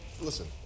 listen